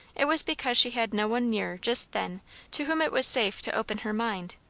it was because she had no one near just then to whom it was safe to open her mind.